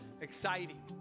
exciting